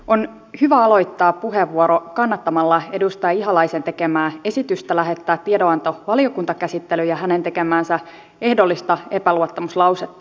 on hyvä aloittaa puheenvuoro kannattamalla edustaja ihalaisen tekemää esitystä lähettää tiedonanto valiokuntakäsittelyyn ja hänen tekemäänsä ehdollista epäluottamuslausetta